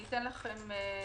למשל,